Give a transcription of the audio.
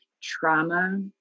trauma